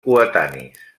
coetanis